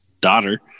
daughter